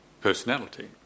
personality